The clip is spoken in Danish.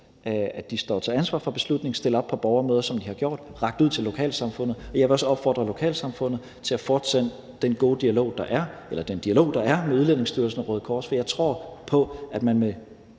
at de står til ansvar for beslutningen, stiller op på borgermøder, som de har gjort, og rækker ud til lokalsamfundet, og jeg vil også opfordre lokalsamfundet til at fortsætte den dialog, der er med Udlændingestyrelsen og Røde Kors. For jeg tror på, at man med